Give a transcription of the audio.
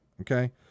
Okay